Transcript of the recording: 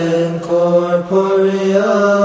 incorporeal